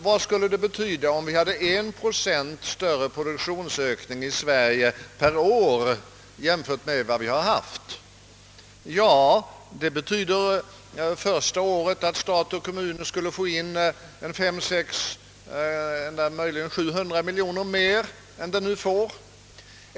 Vad skulle det betyda om vi hade 1 procents större produktionsökning per år i Sverige än vad vi har haft de senaste två åren? Första året skulle stat och kommun få in 500 å 600 eller möjligen 700 miljoner kronor mer än för närvarande.